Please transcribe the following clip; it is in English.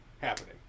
happening